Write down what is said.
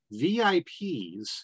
VIPs